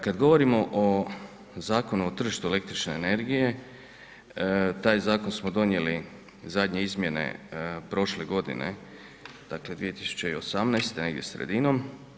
Kad govorimo o Zakonu o tržištu električne energije, taj zakon smo donijeli, zadnje izmjene prošle godine, dakle 2018. negdje sredinom.